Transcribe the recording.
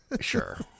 Sure